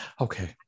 Okay